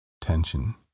tension